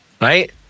Right